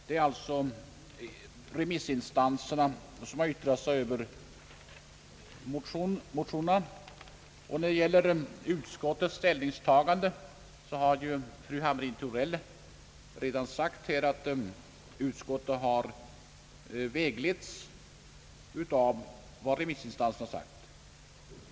Så har alltså remissinstanserna yttrat sig över motionerna, och fru Hamrin-Thorell har redan sagt att utskottet vägletts av vad remissinstanserna yttrat.